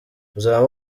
muzaba